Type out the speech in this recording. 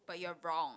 but you're wrong